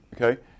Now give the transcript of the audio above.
okay